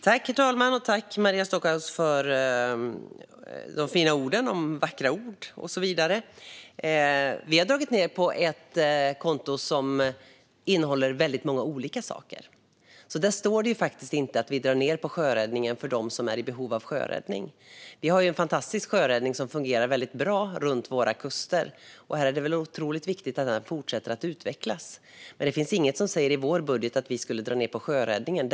Herr talman! Jag tackar Maria Stockhaus för det hon sa om de vackra orden. Vi har dragit ned på ett anslag som innehåller väldigt många olika saker. Där står det faktiskt inte att vi drar ned på sjöräddningen för dem som är i behov av sjöräddning. Vi har en fantastisk sjöräddning som fungerar väldigt bra längs våra kuster, och det är otroligt viktigt att den fortsätter att utvecklas. Men det finns ingenting i vår budget som säger att vi ska dra ned på sjöräddningen.